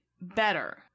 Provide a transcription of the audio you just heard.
better